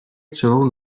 celou